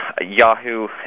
Yahoo